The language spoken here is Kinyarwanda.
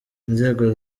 inzego